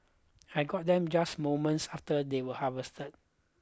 I got them just moments after they were harvested